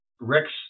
rick's